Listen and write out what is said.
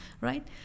right